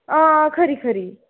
हां खरी खरी